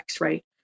right